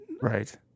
Right